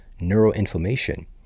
neuroinflammation